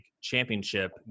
Championship